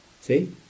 See